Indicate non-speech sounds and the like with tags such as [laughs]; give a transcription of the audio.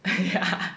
[laughs] ya